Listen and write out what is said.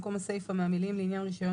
במקום הסיפה מהמילים "לעניין רישיון